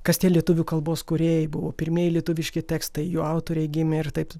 kas tie lietuvių kalbos kūrėjai buvo pirmieji lietuviški tekstai jų autoriai gimė ir taip